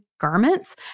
garments